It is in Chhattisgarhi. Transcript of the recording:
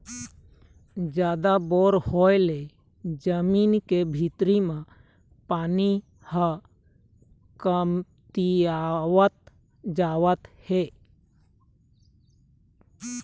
जादा बोर होय ले जमीन के भीतरी म पानी ह कमतियावत जावत हे